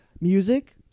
Music